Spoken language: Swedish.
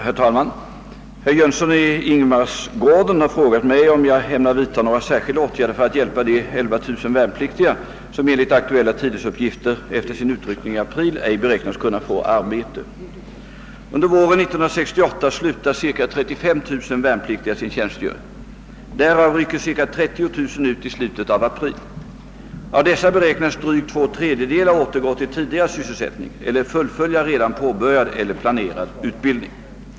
Herr talman! Herr Jönsson i Ingemarsgården har frågat mig, om jag ämnar vidta några särskilda åtgärder för att hjälpa de 11000 värnpliktiga som enligt aktuella tidningsuppgifter efter sin utryckning i april ej beräknas kunna få arbete. Under våren 1968 slutar ca 35 000 värnpliktiga sin tjänstgöring. Därav rycker cirka 30 000 ut i slutet av april. Av dessa beräknas drygt ?/s återgå till tidigare sysselsättning eller fullfölja redan påbörjad eller planerad utbildning.